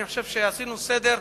אני חושב שעשינו סדר,